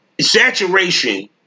saturation